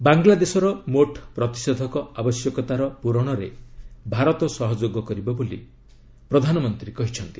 ବାଙ୍ଗ୍ଲାଦେଶର ମୋଟ୍ ପ୍ରତିଷେଧକ ଆବଶ୍ୟକତାର ପ୍ରରଣରେ ଭାରତ ସହଯୋଗ କରିବ ବୋଲି ପ୍ରଧାନମନ୍ତ୍ରୀ କହିଛନ୍ତି